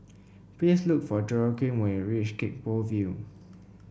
please look for Joaquin when you reach Gek Poh Ville